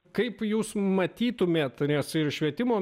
kaip jūs matytumėt nes ir švietimo